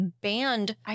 banned